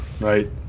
right